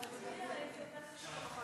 תצביע,